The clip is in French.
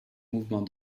mouvement